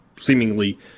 seemingly